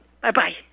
bye-bye